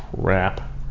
crap